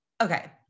Okay